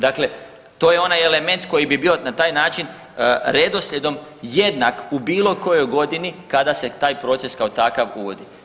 Dakle, to je onaj element koji bi bio na taj način redoslijedom jednak u bilo kojoj godini kada se taj proces kao takav uvodi.